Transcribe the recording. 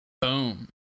Boom